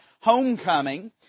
homecoming